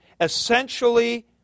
Essentially